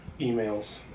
emails